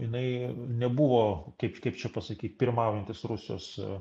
jinai nebuvo kaip čia pasakyt pirmaujantis rusijos